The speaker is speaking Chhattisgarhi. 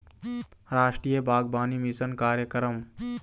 रास्टीय बागबानी मिसन कार्यकरम